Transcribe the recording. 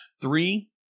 Three